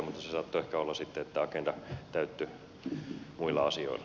mutta saattoi ehkä olla sitten että agenda täyttyi muilla asioilla